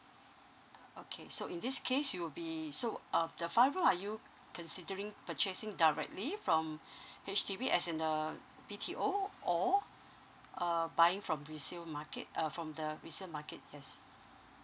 okay so in this case you will be so uh the five room are you considering purchasing directly from H_D_B as in the B_T_O or uh buying from resale market uh from the resale market yes